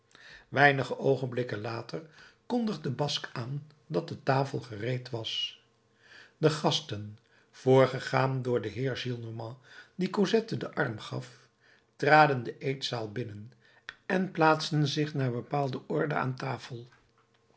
weinige oogenblikken later kondigde basque aan dat de tafel gereed was de gasten voorgegaan door den heer gillenormand die cosette den arm gaf traden de eetzaal binnen en plaatsten zich naar bepaalde orde aan tafel